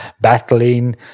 battling